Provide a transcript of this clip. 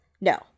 No